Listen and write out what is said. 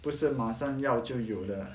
不是马上要就有的